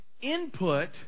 input